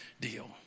deal